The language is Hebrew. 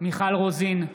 מיכל רוזין,